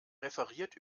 referiert